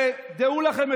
ודעו לכם,